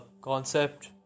concept